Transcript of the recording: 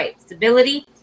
stability